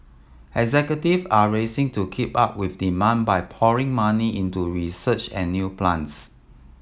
executive are racing to keep up with demand by pouring money into research and new plants